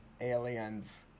aliens